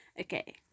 Okay